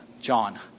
John